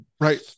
Right